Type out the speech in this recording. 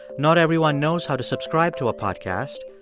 not everyone knows how to subscribe to a podcast.